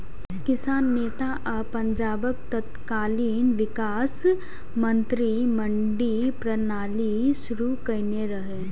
किसान नेता आ पंजाबक तत्कालीन विकास मंत्री मंडी प्रणाली शुरू केने रहै